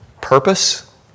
purpose